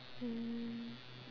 mm